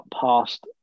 past